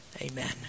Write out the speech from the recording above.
Amen